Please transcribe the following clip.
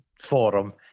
forum